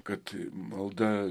kad malda